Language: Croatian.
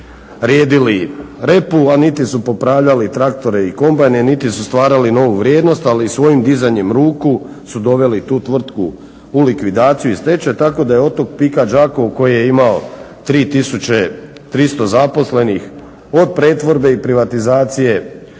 redili repu, a niti su popravljali traktore i kombajne, niti su stvarali novu vrijednost ali svojim dizanjem ruku su doveli tu tvrtku u likvidaciju i stečaj tako da je od tog PIK-a Đakovo koji je imao 3300 zaposlenih od pretvorbe i privatizacije